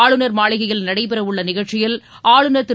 ஆளுநர் மாளிகையில் நடைபெறவுள்ள நிகழ்ச்சியில் ஆளுநர் திரு